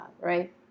right